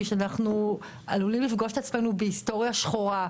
שאנחנו עלולים לפגוש את עצמנו בהיסטוריה שחורה,